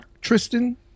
Tristan